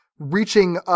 Reaching